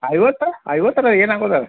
ಐವತ್ತ ಐವತ್ರಲ್ಲಿ ಏನು ಆಗುದಿಲ್ಲ